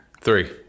Three